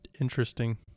Interesting